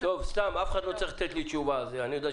את אומרת